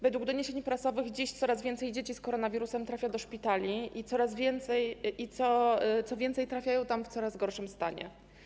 Według doniesień prasowych dziś coraz więcej dzieci z koronawirusem trafia do szpitali i, co więcej, one trafiają tam w coraz gorszym stanie.